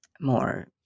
more